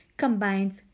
combines